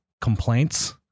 complaints